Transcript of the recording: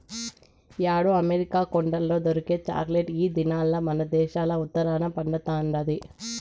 యాడో అమెరికా కొండల్ల దొరికే చాక్లెట్ ఈ దినాల్ల మనదేశంల ఉత్తరాన పండతండాది